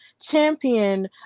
Champion